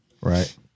Right